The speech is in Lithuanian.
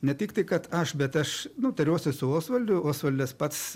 ne tik tai kad aš bet aš nu tariuosi su osvaldu osvaldas pats